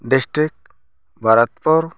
district Bharatpur